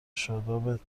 شادابت